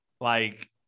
Like-